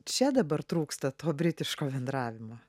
čia dabar trūksta to britiško bendravimo